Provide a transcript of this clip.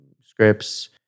scripts